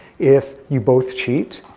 if you both cheat,